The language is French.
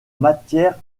matière